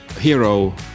hero